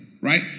right